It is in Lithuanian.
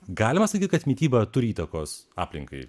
galima sakyt kad mityba turi įtakos aplinkai